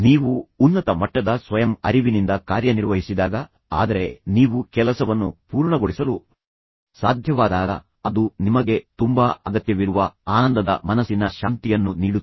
ನೀವು ಉನ್ನತ ಮಟ್ಟದ ಸ್ವಯಂ ಅರಿವಿನಿಂದ ಕಾರ್ಯನಿರ್ವಹಿಸಿದಾಗ ಆದರೆ ನೀವು ಕೆಲಸವನ್ನು ಪೂರ್ಣಗೊಳಿಸಲು ಸಾಧ್ಯವಾದಾಗ ಅದು ನಿಮಗೆ ತುಂಬಾ ಅಗತ್ಯವಿರುವ ಆನಂದದ ಮನಸ್ಸಿನ ಶಾಂತಿಯನ್ನು ನೀಡುತ್ತದೆ